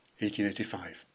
1885